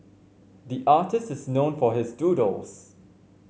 the artist is known for his doodles